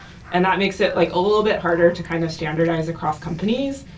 and that makes it like a little bit harder to kind of standardize across companies.